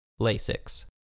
LASIX